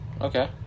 Okay